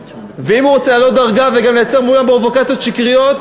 ואם הוא רוצה לעלות דרגה וגם לייצר מולם פרובוקציות שקריות,